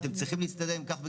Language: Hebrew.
אתם צריכים להסתדר עם סכום מסוים,